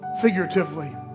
figuratively